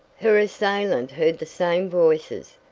her assailant heard the same voices,